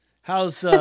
How's